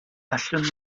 allwn